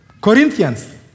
Corinthians